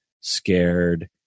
scared